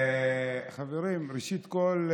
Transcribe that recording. חברים, ראשית כול,